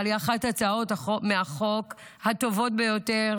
אבל היא אחת מהצעות החוק הטובות ביותר